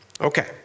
Okay